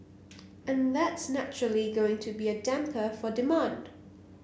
and that's naturally going to be a damper for demand